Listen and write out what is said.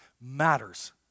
matters